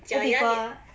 假牙